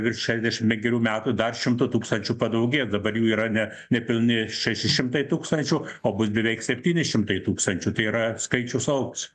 virš šešiasdešim penkerių metų dar šimtu tūkstančių padaugės dabar jų yra ne nepilni šeši šimtai tūkstančių o bus beveik septyni šimtai tūkstančių tai yra skaičius augs